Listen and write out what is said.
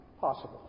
possible